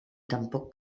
tampoc